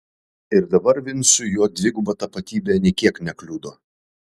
ir dabar vincui jo dviguba tapatybė nė kiek nekliudo